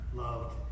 loved